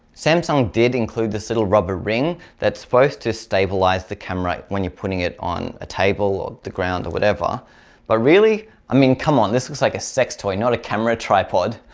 samsung did include this little rubber ring that's supposed to stabilize the camera when you're putting it on a table or the ground or whatever but really i mean come on this looks like a sex toy not a camera tripod.